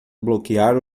bloquear